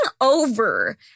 over